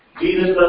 Jesus